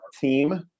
team